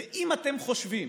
ואם אתם חושבים